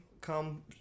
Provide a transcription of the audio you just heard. come